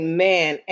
Amen